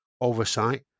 oversight